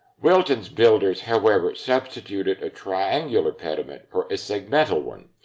wilton's builders, however, substituted a triangular pediment for a segmental one,